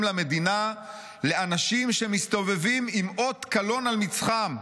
למדינה לאנשים שמסתובבים עם אות קלון על מצחם,